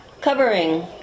Covering